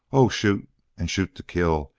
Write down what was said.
oh, shoot and shoot to kill.